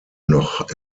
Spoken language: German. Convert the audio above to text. noch